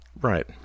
Right